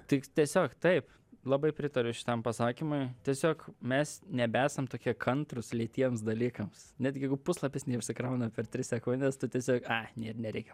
tiks tiesiog taip labai pritariu šitam pasakymui tiesiog mes nebesam tokie kantrūs lėtiems dalykams netgi puslapis neužsikrauna per tris sekundes tu tiesiog ai ir nereikia